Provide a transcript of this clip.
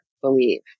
believe